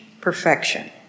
perfection